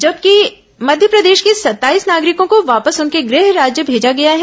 जबकि मध्यप्रदेश के सत्ताईस नागरिकों को वापस उनके गृह राज्य भेजा गया है